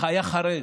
היה חרד,